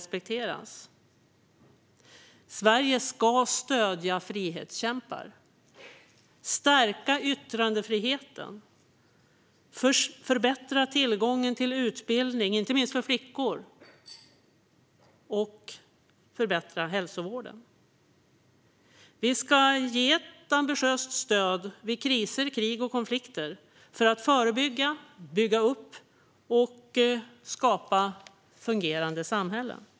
Sverige ska stödja frihetskämpar, stärka yttrandefriheten, förbättra tillgången till utbildning, inte minst för flickor, och förbättra hälsovården. Vi ska ge ett ambitiöst stöd vid kriser, krig och konflikter för att förebygga, bygga upp och skapa fungerande samhällen.